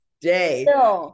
day